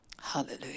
Hallelujah